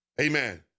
Amen